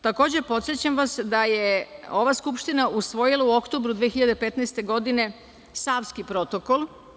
Takođe, podsećam vas da je ova Skupština usvojila u oktobru 2015. godine Savski protokol.